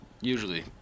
Usually